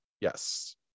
Yes